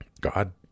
God